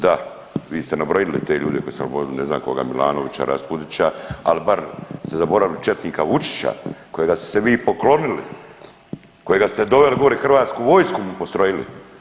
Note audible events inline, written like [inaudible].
Da, vi ste nabrojili te ljude koje ... [unintelligible] ne znam koga, Milanovića, Raspudića, ali bar ste zaboravili četnika Vučića kojega ste se vi poklonili, kojega ste doveli gore, hrvatsku vojsku mu postrojili.